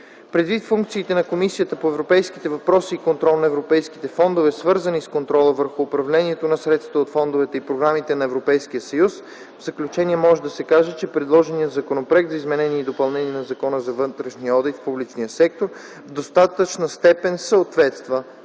Предвид функциите на Комисията по европейските въпроси и контрол на европейските фондове, свързани с контрола върху управлението на средствата от фондовете и програмите на Европейския съюз, в заключение може да се каже, че предложеният Законопроект за изменение и допълнение на Закона за вътрешния одит в публичния сектор в достатъчна степен съответства